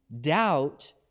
doubt